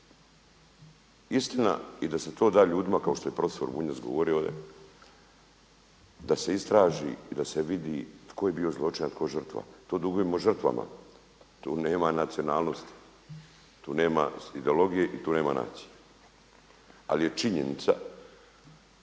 Istina i da se to da ljudima kao što je profesor Bunjac govorio ovdje da se istraži i da se vidi tko je bio zločinac, a tko žrtva. To dugujemo žrtvama. Tu nema nacionalnosti. Tu nema ideologije i tu nema nacije. Ali je činjenica